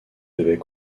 devait